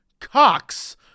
COX